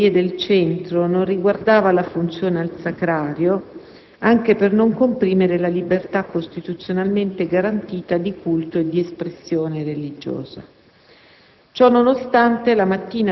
Il divieto di sfilare per le vie del centro non riguardava la funzione al Sacrario, anche per non comprimere la libertà costituzionalmente garantita di culto e di espressione religiosa.